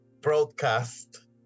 broadcast